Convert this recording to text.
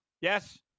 Yes